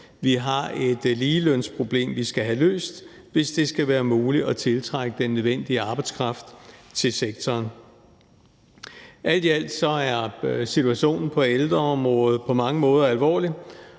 Vi har et ligelønsproblem, vi skal have løst, hvis det skal være muligt at tiltrække den nødvendige arbejdskraft til sektoren. Alt i alt er situationen på ældreområdet på mange måder alvorlig,